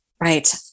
Right